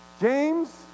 James